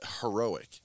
heroic